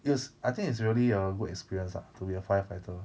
it's I think it's really a good experience ah to be a firefighter